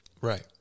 Right